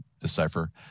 decipher